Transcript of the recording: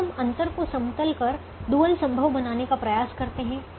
अब हम अंतर को समतल कर डुअल संभव बनाने का प्रयास करते हैं